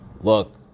Look